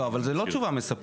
לא, אבל זו לא תשובה מספקת.